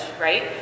right